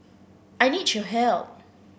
I need your help